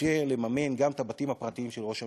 מאפשר לממן גם את הבתים הפרטיים של ראש הממשלה.